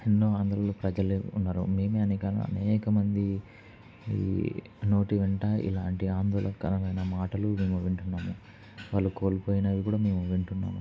ఎన్నో ఆందోళనలో ప్రజలు ఉన్నారు మేము అనేక అనేకమంది నోటి వెంట ఇలాంటి ఆందోళనకరమైన మాటలు మేము వింటున్నాము వాళ్ళు కోల్పోయినవి కూడా మేము వింటున్నాము